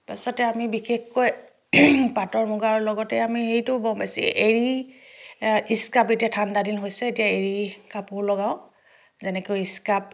তাৰ পাছতে আমি বিশেষকৈ পাটৰ মুগাৰ লগতে আমি হেৰিটোও বওঁ বেছি এৰী স্কাফ এতিয়া ঠাণ্ডা দিন হৈছে এতিয়া এৰী কাপোৰ লগাওঁ যেনেকৈ স্কাফ